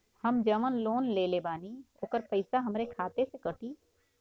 हम जवन लोन लेले बानी होकर पैसा हमरे खाते से कटी?